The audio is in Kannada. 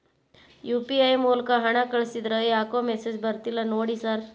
ಯು.ಪಿ.ಐ ಮೂಲಕ ಹಣ ಕಳಿಸಿದ್ರ ಯಾಕೋ ಮೆಸೇಜ್ ಬರ್ತಿಲ್ಲ ನೋಡಿ ಸರ್?